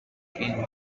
king